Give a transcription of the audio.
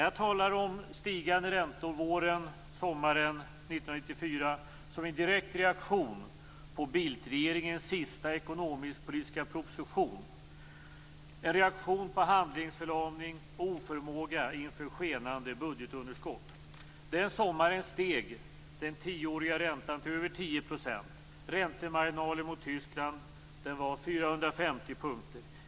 Jag talar om stigande räntor våren och sommaren 1994 som en direkt reaktion på Bildtregeringens sista ekonomisk-politiska proposition, en reaktion på handlingsförlamning och oförmåga inför skenande budgetunderskott. Den sommaren steg den tioåriga räntan till över 10 %. Räntemarginalen mot Tyskland var 450 punkter.